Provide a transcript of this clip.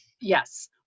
yes